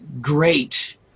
great